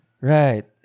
Right